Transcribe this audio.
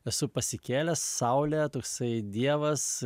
esu pasikėlęs saulę toksai dievas